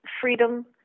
freedom